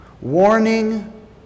Warning